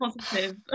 positive